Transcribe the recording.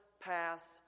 pass